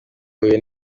huye